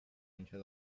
until